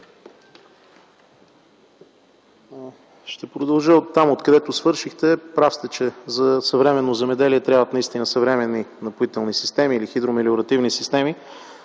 Ще продължа оттам, откъдето свършихте. Прав сте, че за съвременно земеделие трябват наистина съвременни напоителни системи и хидромелиоративни системи.